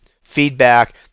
feedback